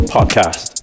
Podcast